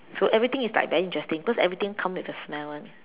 so everything is like very interesting because everything comes with a smell [one]